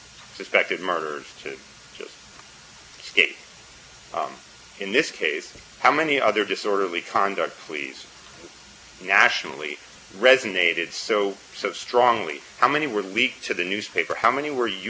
conduct please nationally resonated so strongly how many were leaked to the newspaper how many were utilized to inflict political damage for someone because of you know the implications of what his personal conduct